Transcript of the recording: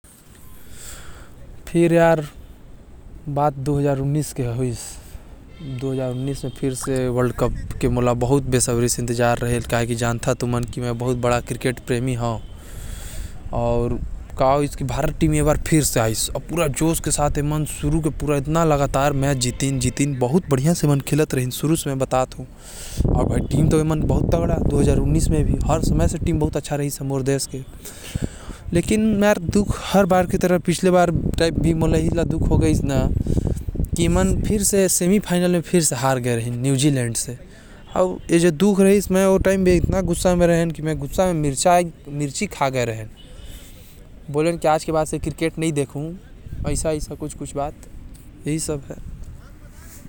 दु हजार उन्नीस भी मौके वर्ल्ड कप खातिर याद हवे, जेकर बहुते इन्तेजार करत रहेन मैं, लेकिन ए बार भी भारत के टीम हार गइस अउ मोके बहुत दुख होइस।